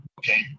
okay